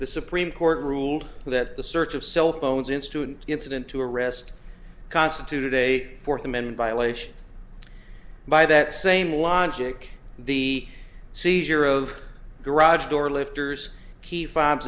the supreme court ruled that the search of cell phones in student incident to arrest constituted a fourth amendment violation by that same logic the seizure of garage door lifters ke